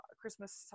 Christmas